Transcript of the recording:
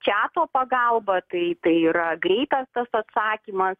čiato pagalba tai tai yra greitas tas atsakymas